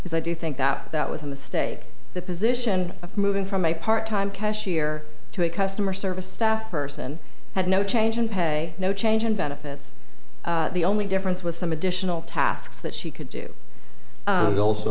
because i do think that that was a mistake the position of moving from a part time cashier to a customer service staff person had no change in pay no change in benefits the only difference was some additional tasks that she could do you also